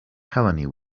helene